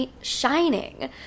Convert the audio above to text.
shining